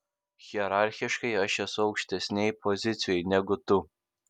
hierarchiškai aš esu aukštesnėj pozicijoj negu tu